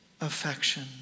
affection